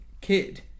kid